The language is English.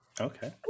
Okay